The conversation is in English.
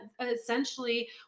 essentially